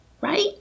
right